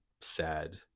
sad